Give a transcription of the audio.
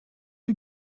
you